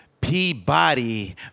Peabody